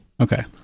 Okay